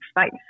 space